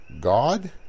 God